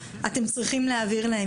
אתם צריכים להעביר להם.